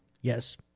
Yes